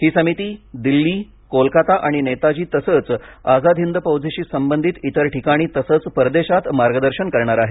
ही समिती दिल्ली कोलकाता आणि नेताजी तसच आझाद हिंद फौजेशी संबंधित इतर ठिकाणी तसेच परदेशात मार्गदर्शन करणार आहे